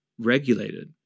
regulated